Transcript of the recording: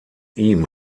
ihm